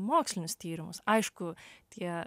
mokslinius tyrimus aišku tie